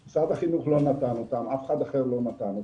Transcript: משרד החינוך לא נתן אותם, אף אחד אחר לא נתן אותם.